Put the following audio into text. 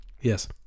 Yes